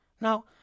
Now